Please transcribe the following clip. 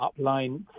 upline